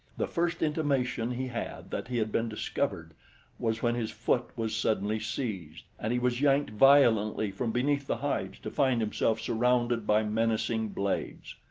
the first intimation he had that he had been discovered was when his foot was suddenly seized, and he was yanked violently from beneath the hides to find himself surrounded by menacing blades.